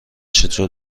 چطور